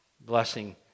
blessing